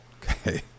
Okay